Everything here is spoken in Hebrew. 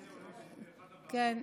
הייתי מציע לעשות אותו באחת הוועדות,